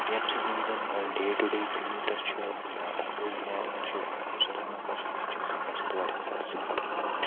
ییٚمہِ سۭتۍ یِم زَن ڈے ٹُوٚ ڈے کمیوٗٹَر چھِ یا اوکٹوجِنیرِین چھِ بٕزَرٕگ نفر چھِ تِم چھِ گَژھان تمہِ سۭتۍ واریاہ زیادٕ سفر